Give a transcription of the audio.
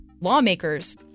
Lawmakers